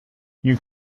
you